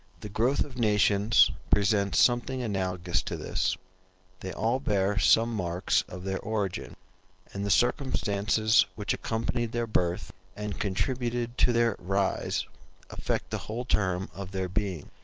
the growth of nations presents something analogous to this they all bear some marks of their origin and the circumstances which accompanied their birth and contributed to their rise affect the whole term of their being.